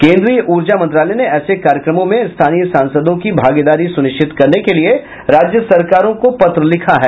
केन्द्रीय ऊर्जा मंत्रालय ने ऐसे कार्यक्रमों में स्थानीय सासंदों की भागीदारी सुनिश्चित करने के लिए राज्य सरकारों को पत्र लिखा है